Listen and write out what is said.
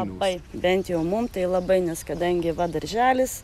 labai bent jau mum tai labai nes kadangi va darželis